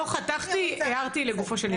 לא חתכתי, הערתי לגופו של עניין.